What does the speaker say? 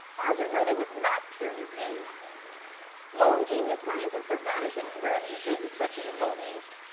odds are good it was not peer-reviewed. loan genius scientists are vanishingly rare these days, except in the movies.